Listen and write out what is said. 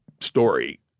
story